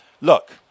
Look